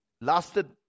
lasted